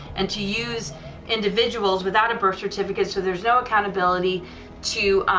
and to use individuals without a birth certificate so there's no accountability to